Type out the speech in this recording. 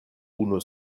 unu